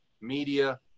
media